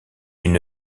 une